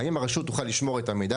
האם הרשות תוכל לשמור את המידע?